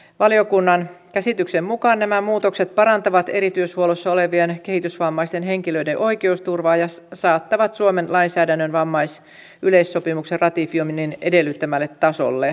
valiokunnan käsityksen mukaan nämä muutokset parantavat erityishuollossa olevien kehitysvammaisten henkilöiden oikeusturvaa ja saattavat suomen lainsäädännön vammaisyleissopimuksen ratifioinnin edellyttämälle tasolle